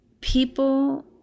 people